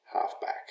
halfback